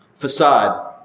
Facade